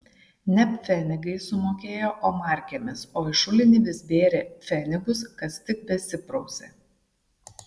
ne pfenigais sumokėjo o markėmis o į šulinį vis bėrė pfenigus kas tik besiprausė